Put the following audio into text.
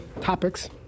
topics